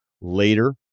later